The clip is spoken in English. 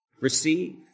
Receive